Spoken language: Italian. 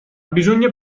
bisogna